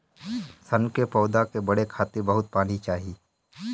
सन के पौधा के बढ़े खातिर बहुत पानी चाही